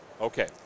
Okay